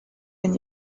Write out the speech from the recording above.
when